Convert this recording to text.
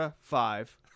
Five